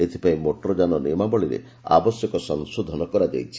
ଏଥିପାଇଁ ମୋଟରଯାନ ନିୟମାବଳୀରେ ଆବଶ୍ୟକ ସଂଶୋଧନ ହୋଇଛି